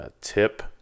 tip